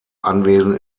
anwesen